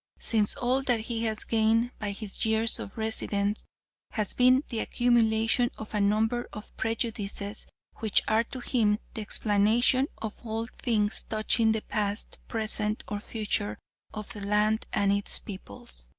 since all that he has gained by his years of residence has been the accumulation of a number of prejudices which are to him the explanation of all things touching the past, present, or future of the land and its peoples.